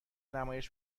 نمایش